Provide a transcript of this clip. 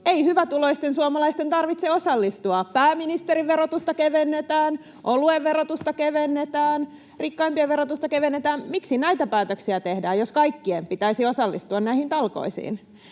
Ei hyvätuloisten suomalaisten tarvitse osallistua: pääministerin verotusta kevennetään, oluen verotusta kevennetään, rikkaimpien verotusta kevennetään. Miksi näitä päätöksiä tehdään, jos kaikkien pitäisi osallistua näihin talkoisiin?